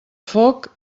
foc